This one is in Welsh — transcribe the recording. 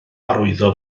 arwyddo